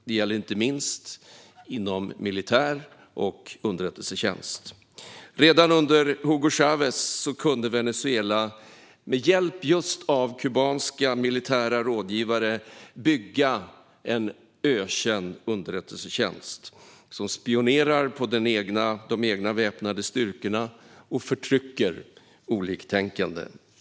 Det gäller inte minst inom militär och underrättelsetjänst. Redan under Hugo Chávez kunde Venezuela med hjälp av kubanska militära rådgivare bygga en ökänd underrättelsetjänst, som spionerar på de egna väpnade styrkorna och förtrycker oliktänkande.